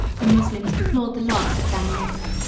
the moslems deplored the loss of damietta.